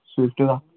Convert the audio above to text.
Swift दा